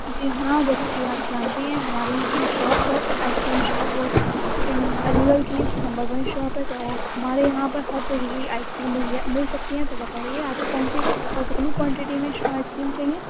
جی ہاں جیسا کہ آپ جانتی ہیں ہماری جو شاپ ہے آئس کریم شاپ وہ علی گڑھ کی نمبر ون شاپ ہے تو ہمارے یہاں پر ہر طریقے کی آئس کریم مل جا مل سکتی ہے تو بتائیے آپ کو کون سی اور کتنی کوانٹٹی میں آئس کریم چاہیے